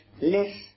less